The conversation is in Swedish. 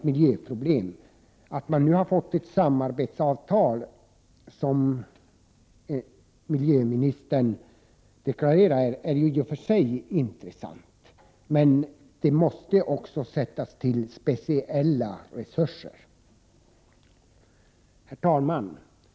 Det samarbetsavtal som har träffats — vilket miljöministern här talade om — är i och för sig intressant. Det måste också ges speciella resurser. Herr talman!